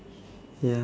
ya